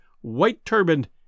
white-turbaned